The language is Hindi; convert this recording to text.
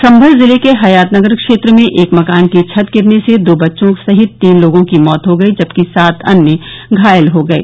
सम्भल जिले के हयातनगर क्षेत्र में एक मकान की छत गिरने से दो बच्चों सहित तीन लोगों की मौत हो गयी जबकि सात अन्य घायल हो गये